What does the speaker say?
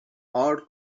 our